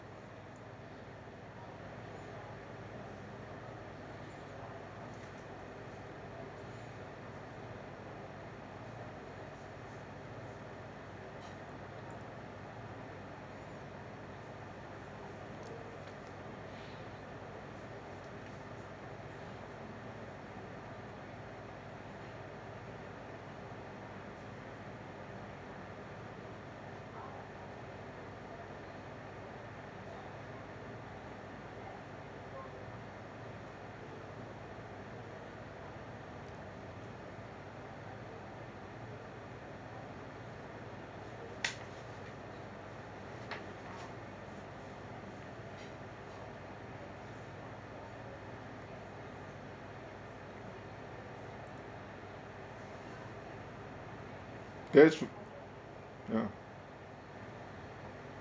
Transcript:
that's ya